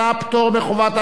לשלוש הקריאות,